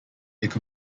could